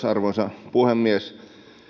arvoisa puhemies